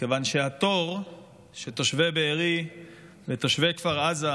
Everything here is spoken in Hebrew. כיוון שהתור שעמדו בו תושבי בארי ותושבי כפר עזה